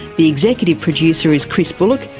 the executive producer is chris bullock,